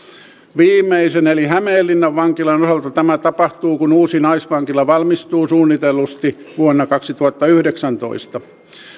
viimeisen eli hämeenlinnan vankilan osalta tämä tapahtuu kun uusi naisvankila valmistuu suunnitellusti vuonna kaksituhattayhdeksäntoista